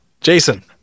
Jason